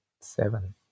seven